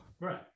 right